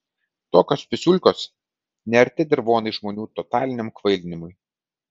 tokios pisulkos nearti dirvonai žmonių totaliniam kvailinimui